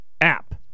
app